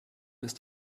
ist